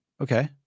Okay